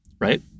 right